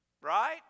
Right